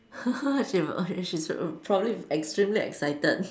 she she's probably extremely excited